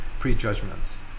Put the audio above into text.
prejudgments